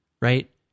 right